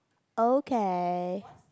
okay